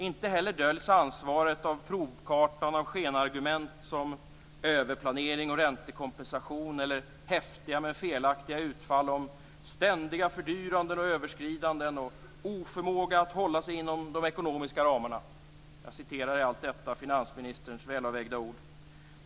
Inte heller döljs ansvaret av provkartan av skenargument som "överplanering och räntekompensation" eller häftiga men felaktiga utfall om "ständiga fördyranden och överskridanden" och "oförmåga att hålla sig inom de ekonomiska ramarna". Jag citerade i allt detta finansministerns väl avvägda ord.